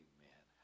Amen